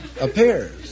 appears